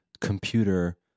computer